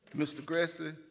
mr. gretsas,